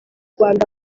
rwanda